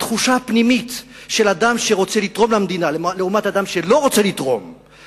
התחושה הפנימית של אדם שרוצה לתרום למדינה לעומת אדם שלא רוצה לתרום,